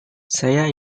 saya